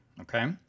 okay